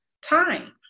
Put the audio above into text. time